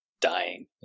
dying